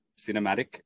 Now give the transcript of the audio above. cinematic